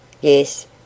Yes